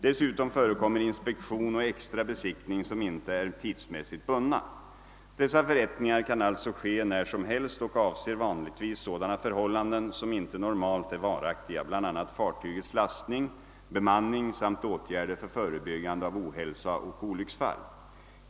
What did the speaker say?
Dessutom förekommer inspektion och extra besiktning, som inte är tidsmässigt bundna. Dessa förrättningar kan alltså ske när som helst och avser vanligtvis sådana förhållanden som inte normalt är varaktiga, bl. a, fartygets lastning och bemanning samt åtgärder för förebyggande av ohälsa och olycksfall.